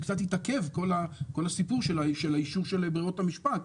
קצת התעכב כל הסיפור של אישור ברירות המשפט.